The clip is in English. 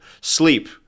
sleep